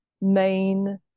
main